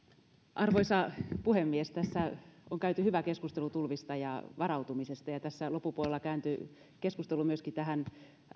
arvoisa puhemies tässä on käyty hyvä keskustelu tulvista ja varautumisesta ja tässä loppupuolella kääntyi keskustelu myöskin tähän